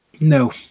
No